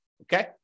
Okay